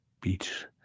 beach